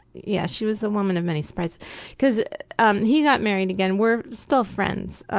yeah, she was a woman of many surprises because um he got married again, we're still friends,